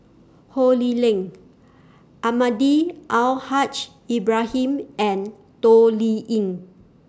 Ho Lee Ling Almahdi Al Haj Ibrahim and Toh Liying